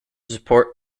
support